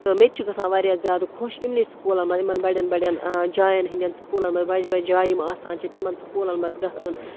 تہٕ مےٚ تہِ چھُ گژھان واریاہ زیادٕ خۄش یِمنٕے سکوٗلَن منٛز یمن بَڑٮ۪ن بَڑٮ۪ن جاین ہِنٛدٮ۪ن سکوٗلَن منٛز بَجہِ بَجہِ جایہِ یِم آسان چھِ تِمن سکوٗلن منٛز گژھُن